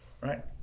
Right